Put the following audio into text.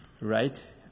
right